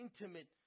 intimate